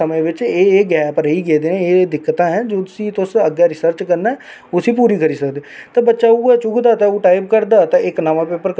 में ऐ बी आक्खना चाहन्नी कि के जम्मू कशमीर दी तरफ दा इक मतलब कि आक्खना चाहन्नी मतलब कि कोई बी पाॅलीटिशन कोई बी आंदी ऐ अगर पहली गल्ल ते ओह् पहली